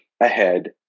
ahead